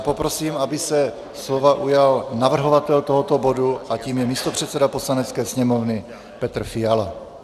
Poprosím, aby se slova ujal navrhovatel tohoto bodu, a tím je místopředseda Poslanecké sněmovny Petr Fiala.